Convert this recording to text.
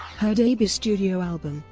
her debut studio album,